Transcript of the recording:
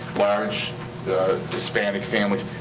large hispanic families.